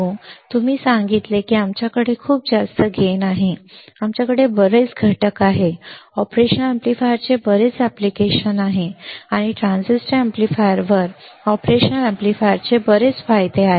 तर आता तुम्ही सांगितले की आमच्याकडे खूप जास्त नफा आहे आमच्याकडे बरेच घटक आहेत ऑपरेशनल अॅम्प्लीफायरचे बरेच अनुप्रयोग आहेत आणि ट्रान्झिस्टर अॅम्प्लीफायरवर ऑपरेशनल अॅम्प्लीफायरचे बरेच फायदे आहेत